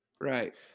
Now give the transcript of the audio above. right